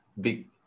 big